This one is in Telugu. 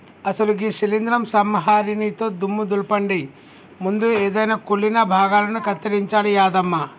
అసలు గీ శీలింద్రం సంహరినితో దుమ్ము దులపండి ముందు ఎదైన కుళ్ళిన భాగాలను కత్తిరించాలి యాదమ్మ